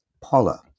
Paula